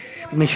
וואו.